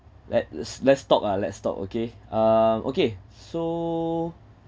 let's let's talk ah let's talk okay uh okay so